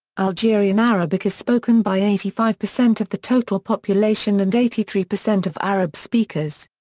algerian arabic is spoken by eighty five percent of the total population and eighty three percent of arab speakers.